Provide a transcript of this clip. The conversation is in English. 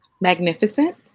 Magnificent